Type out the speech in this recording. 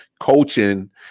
coaching